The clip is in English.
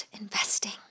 investing